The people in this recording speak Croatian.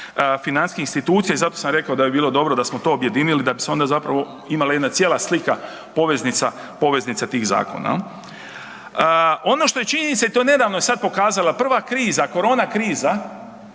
financijskih institucija i zato sam rekao da bi bilo dobro da smo to objedinili da bi se onda imala jedna cijela slika poveznica tih zakona. Ono što je činjenica i to je nedavno sada pokazala prva kriza, korona kriza